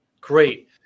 Great